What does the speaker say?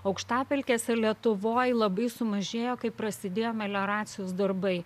aukštapelkės ir lietuvoj labai sumažėjo kai prasidėjo melioracijos darbai